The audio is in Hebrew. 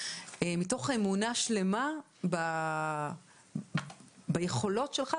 מתוך אמונה שלמה ביכולות שלך,